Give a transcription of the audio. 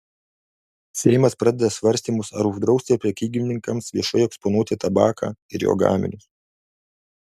seimas pradeda svarstymus ar uždrausti prekybininkams viešai eksponuoti tabaką ir jo gaminius